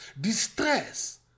distress